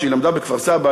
שלמדה בכפר-סבא,